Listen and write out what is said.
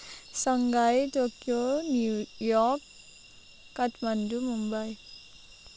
Shanghai Tokyo New York Kathmandu Mumbai